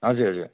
हजुर हजुर